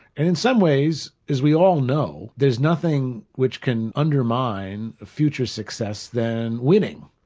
and in some ways, as we all know, there's nothing which can undermine a future success than winning,